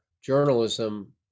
journalism